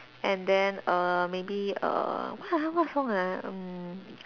and then err maybe err what ah what song ah mm